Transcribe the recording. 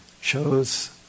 shows